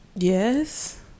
Yes